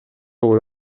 бою